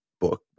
book